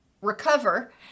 recover